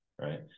right